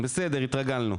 בסדר התרגלנו.